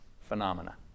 phenomena